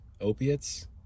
Opiates